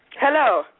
Hello